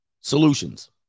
solutions